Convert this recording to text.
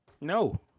No